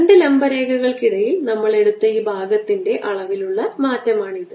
രണ്ട് ലംബ രേഖകൾക്കിടയിൽ നമ്മൾ എടുത്ത ഈ ഭാഗത്തിന്റെ അളവിലുള്ള മാറ്റമാണിത്